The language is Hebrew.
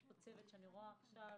יש פה צוות שאני רואה עכשיו